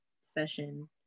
session